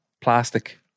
plastic